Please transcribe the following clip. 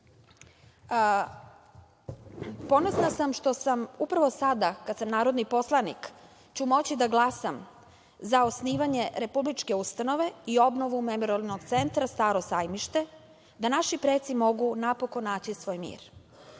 Ponosna sam što sada kada sam narodni poslanik mogu da glasam za osnivanje republičke ustanove i obnovu Memorijalnog centra „Staro sajmište“, da naši preci mogu napokon naći svoj mir.